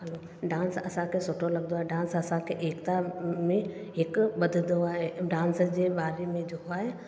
हलो dance असांखे सुठो लॻंदो आहे डांस असांखे एकिता में हिकु ॿधंदो आहे डांस जे बारे में जेको आहे